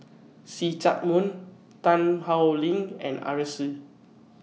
See Chak Mun Tan Howe Liang and Arasu